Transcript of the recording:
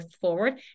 forward